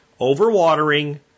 Overwatering